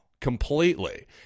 completely